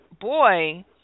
boy